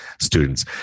students